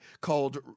called